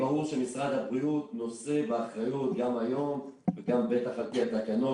ברור שמשרד הבריאות נושא באחריות גם היום וגם בטח לפי התקנות,